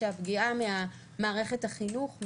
שהפגיעה ממערכת החינוך,